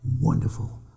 wonderful